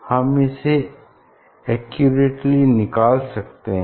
हम इसे एक्यूरेटली निकाल सकते हैं